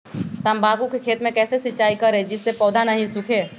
तम्बाकू के खेत मे कैसे सिंचाई करें जिस से पौधा नहीं सूखे?